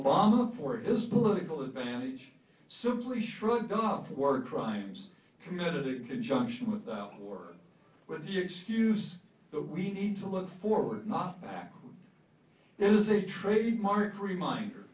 obama for is political advantage simply shrugged off word crimes committed in conjunction with out war with the excuse that we need to look forward not backward is a trademark reminder